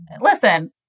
listen